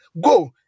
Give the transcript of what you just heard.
Go